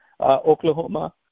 Oklahoma